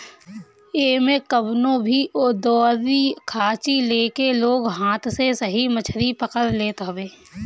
एमे कवनो भी दउरी खाची लेके लोग हाथ से ही मछरी पकड़ लेत हवे